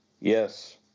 Yes